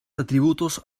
atributos